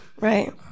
right